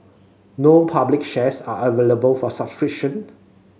no public shares are available for subscription